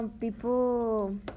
people